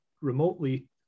remotely